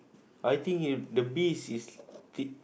I think you the bees is t~